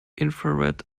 infrared